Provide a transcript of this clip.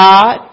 God